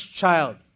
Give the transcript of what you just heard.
child